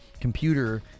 computer